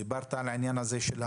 דיברת על המנופאים.